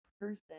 person